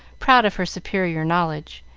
proud of her superior knowledge,